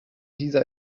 dieser